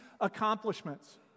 accomplishments